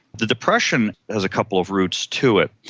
the depression has a couple of roots to it.